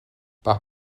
par